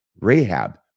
Rahab